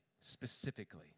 specifically